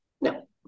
No